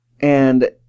and-